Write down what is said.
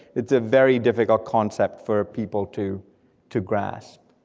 it's a very difficult concept for people to to grasp,